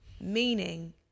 meaning